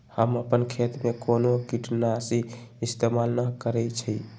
हम अपन खेत में कोनो किटनाशी इस्तमाल न करई छी